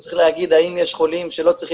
מי שצריך להגיד האם יש חולים שלא צריכים